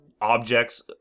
objects